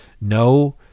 No